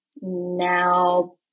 now